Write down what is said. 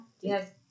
Yes